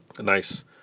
nice